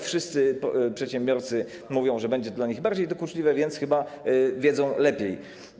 Wszyscy przedsiębiorcy mówią, że będzie to dla nich bardziej dokuczliwe, więc chyba wiedzą lepiej.